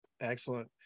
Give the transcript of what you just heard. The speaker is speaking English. Excellent